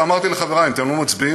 ואמרתי לחברי: אם אתם לא מצביעים,